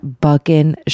bucking